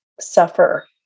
suffer